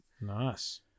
Nice